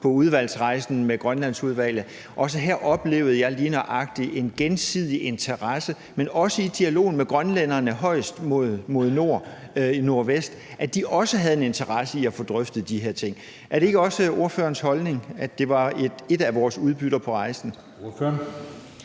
på udvalgsrejsen med Grønlandsudvalget. Også her oplevede jeg lige nøjagtig en gensidig interesse og også i dialogen med grønlænderne højst mod nord, i nordvest, at de også havde en interesse i at få drøftet de her ting. Er det ikke også ordførerens holdning, altså at det var et af vores udbytter på rejsen?